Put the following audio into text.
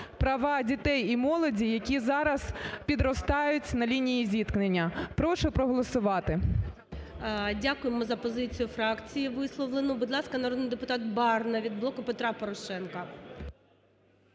права дітей і молоді, які зараз підростають на лінії зіткнення. Прошу проголосувати. ГОЛОВУЮЧИЙ. Дякуємо за позицію фракції висловлену. Будь ласка, народний депутат Барна від "Блоку Петра Порошенка".